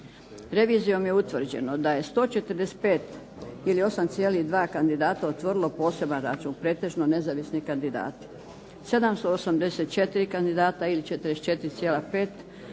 Revizijom je utvrđeno da je 145 ili 8,2% kandidata otvorilo poseban račun, pretežno nezavisni kandidati, 784 kandidata ili 44,5% financiralo